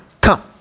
come